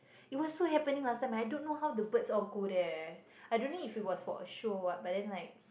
it was so happening last time I don't know how the birds all go there I don't know if it was for show or what but then like